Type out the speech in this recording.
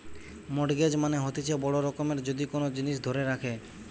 mortgage মানে হতিছে বড় রকমের যদি কোন জিনিস ধরে রাখে